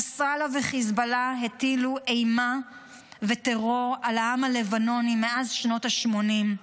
נסראללה וחיזבאללה הטילו אימה וטרור על העם הלבנוני מאז שנות השמונים.